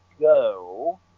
go